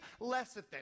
lecithin